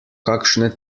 kakšne